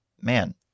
man